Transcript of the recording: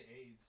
AIDS